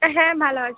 হ্যাঁ ভালো আছি